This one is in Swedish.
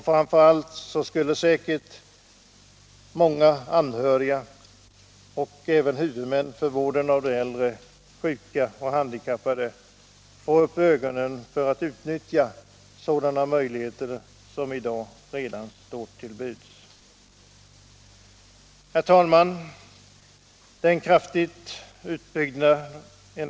Framför allt skulle säkert alla anhöriga och huvudmän för vården av de äldre, sjuka och handikappade få upp ögonen för och utnyttja en sådan möjlighet till ökad säkerhet för alla dem som har behov av det. Herr talman!